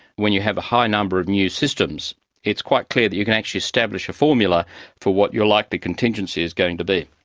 when you have a high number of new systems it's quite clear that you can actually establish a formula for what your likely contingency is going to be.